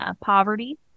poverty